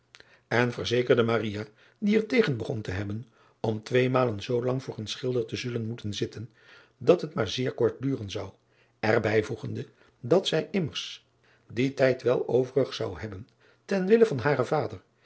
en verzekerde die er tegen begon te hebben om tweemalen zoolang voor een schilder te zullen moeten zitten dat het maar zeer kort duren zou er bijvoegende dat zij immers dien tijd wel overig zou hebben ten wille van haren vader